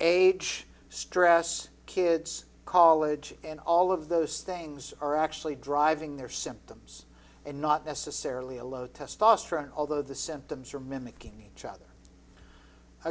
age stress kids college and all of those things are actually driving their symptoms and not necessarily a low testosterone although the symptoms are mimicking each other a